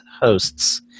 hosts